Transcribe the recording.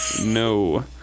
No